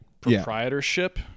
proprietorship